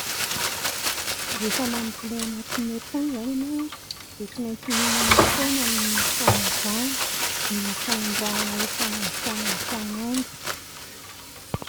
Rehefa mamboly ao anatin'ny hain-tany izany ianao a dia tsy maintsy miomana foana amin'ny fanovana, mila fanondrahana isan'andro isan'andro